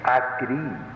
agree